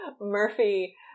Murphy